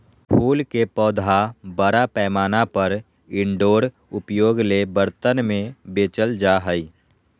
फूल के पौधा बड़ा पैमाना पर इनडोर उपयोग ले बर्तन में बेचल जा हइ